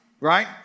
right